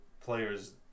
players